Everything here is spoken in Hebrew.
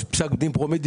יש את פסק דין פרומדיקו,